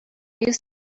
use